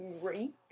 Great